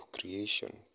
creation